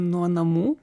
nuo namų